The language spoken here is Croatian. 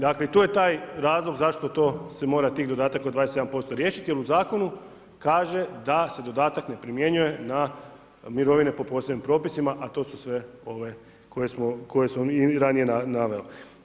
Dakle tu je taj razlog zašto se mora taj dodatak od 27% riješit jer u zakonu kaže da se dodatak ne primjenjuje na mirovine po posebnim propisima, a to su sve ove koje sam i ranije naveo.